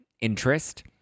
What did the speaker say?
interest